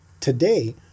Today